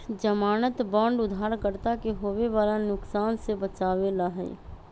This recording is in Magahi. ज़मानत बांड उधारकर्ता के होवे वाला नुकसान से बचावे ला हई